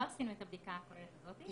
לא עשינו את הבדיקה הכוללת הזאת.